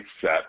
set